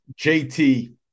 JT